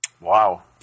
Wow